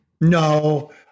No